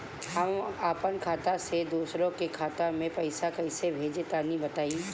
हम आपन खाता से दोसरा के खाता मे पईसा कइसे भेजि तनि बताईं?